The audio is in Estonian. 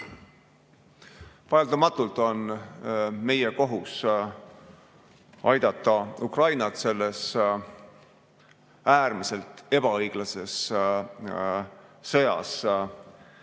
Vaieldamatult on meie kohus aidata Ukrainat selles äärmiselt ebaõiglases sõjas